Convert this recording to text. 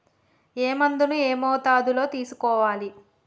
ఏ మందును ఏ మోతాదులో తీసుకోవాలి?